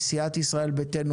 מסיעת ישראל ביתנו,